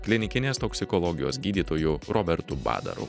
klinikinės toksikologijos gydytoju robertu badaru